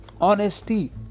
honesty